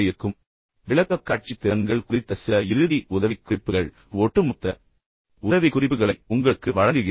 இப்போது இந்த தொகுதியை நான் முடிப்பதற்கு முன் விளக்கக்காட்சி திறன்கள் குறித்த சில இறுதி உதவிக்குறிப்புகள் ஒட்டுமொத்த உதவிக்குறிப்புகளை உங்களுக்கு வழங்குகிறேன்